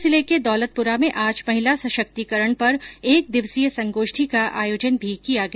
बूंदी जिले के दौलतपुरा में आज महिला सशक्तीकरण पर एकदिवसीय संगोष्ठी का आयोजन किया गया